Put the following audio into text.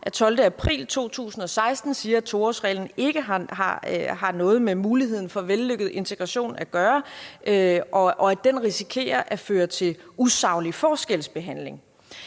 af 12. april 2016 siger, at 2-årsreglen ikke har noget med muligheden for vellykket integration at gøre, og at den risikerer at føre til usaglig forskelsbehandling.